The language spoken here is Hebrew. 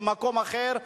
במקום אחר,